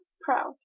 proud